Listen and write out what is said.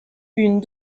une